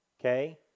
okay